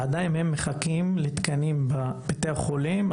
והם עדיין מחכים לתקנים בבתי החולים,